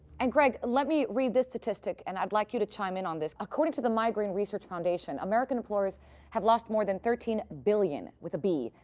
and greg, let me read this statistic and i'd like you to chime in on this. according to the migraine research foundation, american employers have lost more than thirteen billion, with a b,